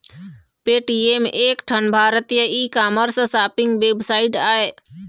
Paytm एक ठन भारतीय ई कामर्स सॉपिंग वेबसाइट आय